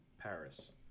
Paris